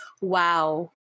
wow